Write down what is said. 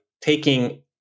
taking